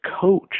coach